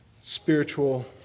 spiritual